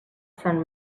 sant